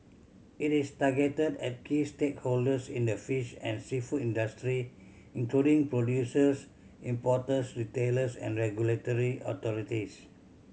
it is targeted at key stakeholders in the fish and seafood industry including producers importers retailers and regulatory authorities